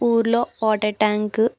ఊరిలో water tank